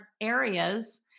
areas